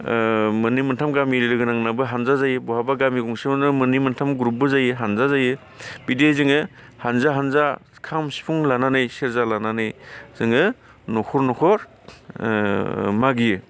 ओ मोननै मोनथाम गामि लोगो नांनाबो हानजा जायो बहाबा गंसेयावनो मोननै मोनथाम ग्रुपबो जायो हानजा जायो बिदिहाय जोङो हानजा हानजा खाम सिफुं लानानै सेरजा लानानै जोङो न'खर न'खर ओ मागियो